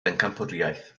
bencampwriaeth